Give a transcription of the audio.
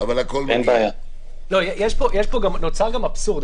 נוצר גם אבסורד.